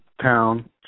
town